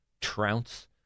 trounce